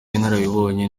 inararibonye